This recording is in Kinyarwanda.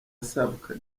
asabwa